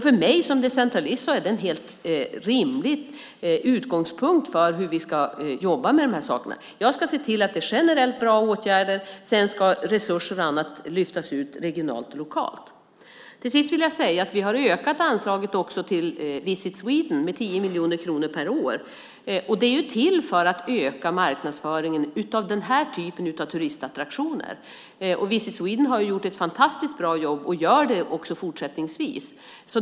För mig som decentralist är det en helt rimlig utgångspunkt för hur vi ska jobba med dessa saker. Jag ska se till att det är generellt bra åtgärder. Sedan ska resurser och annat lyftas ut regionalt och lokalt. Till sist vill jag säga att vi också har ökat anslaget till Visit Sweden med 10 miljoner kronor per år. Det är till för att öka marknadsföringen av denna typ av turistattraktion. Visit Sweden har gjort ett fantastiskt bra jobb och gör det också fortsättningsvis.